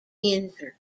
injured